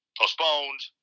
postponed